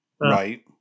Right